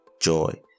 joy